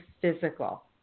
physical